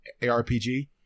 ARPG